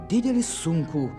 didelį sunkų